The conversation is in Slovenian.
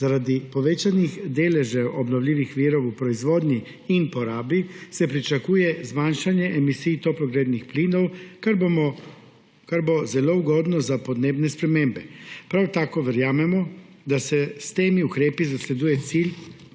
Zaradi povečanih deležev obnovljivihvirov v proizvodnji in porabi se pričakuje zmanjšanje emisij toplogrednih plinov, kar bo zelo ugodno za podnebne spremembe. Prav tako verjamemo, da se s temi ukrepi zasleduje cilj